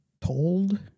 told